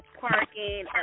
parking